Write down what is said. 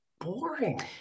boring